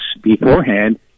beforehand